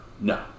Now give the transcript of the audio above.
No